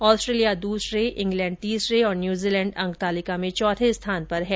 Australia दूसरे England तीसरे और न्यूजीलैंड अंक तालिका में चौथे स्थान पर है